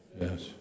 Yes